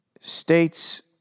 States